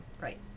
right